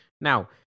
Now